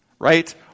right